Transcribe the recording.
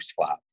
flap